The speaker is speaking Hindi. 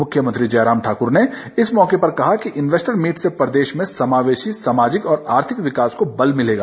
मुख्यमंत्री जयराम ठाकर ने इस मौके पर कहा कि इन्वेस्टर मीट से प्रदेश में समावेशी सामाजिक और आर्थिक विकास को बल मिलेगा